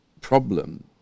problem